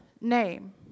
name